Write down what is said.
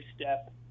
step